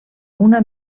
una